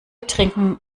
trinken